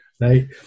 Right